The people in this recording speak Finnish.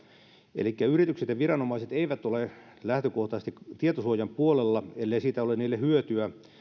elikkä yritykset ja viranomaiset eivät ole lähtökohtaisesti tietosuojan puolella ellei siitä ole niille hyötyä